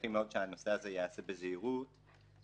שמחים מאוד אם הנושא הזה ייעשה בזהירות ובמידה.